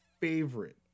favorite